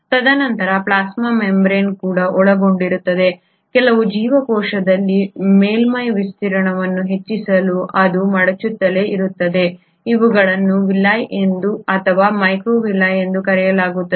ತದನಂತರ plasma membrane ಕೂಡ ಒಳಗೊಂಡಿರುತ್ತದೆ ಕೆಲವು ಜೀವಕೋಶಗಳಲ್ಲಿ ಮೇಲ್ಮೈ ವಿಸ್ತೀರ್ಣವನ್ನು ಹೆಚ್ಚಿಸಲು ಅದು ಮಡಚುತ್ತಲೇ ಇರುತ್ತದೆ ಇವುಗಳನ್ನು ವಿಲ್ಲಿ ಅಥವಾ ಮೈಕ್ರೋವಿಲ್ಲಿಎಂದು ಕರೆಯಲಾಗುತ್ತದೆ